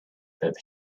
that